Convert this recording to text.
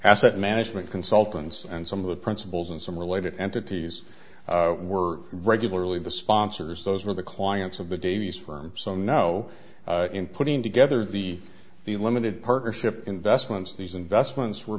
asset management consultants and some of the principals and some related entities were regularly the sponsors those were the clients of the davies firm so no in putting together the the limited partnership investments these investments were